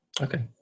Okay